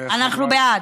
אנחנו בעד,